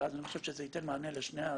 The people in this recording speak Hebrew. ואני חושב שזה ייתן מענה לשני הדברים.